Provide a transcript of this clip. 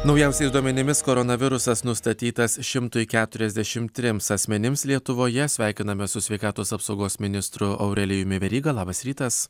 naujausiais duomenimis koronavirusas nustatytas šimtui keturiasdešimt trims asmenims lietuvoje sveikinamės su sveikatos apsaugos ministru aurelijumi veryga labas rytas